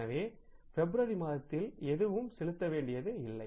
எனவே பிப்ரவரி மாதத்தில் எதுவும் செலுத்த வேண்டியதில்லை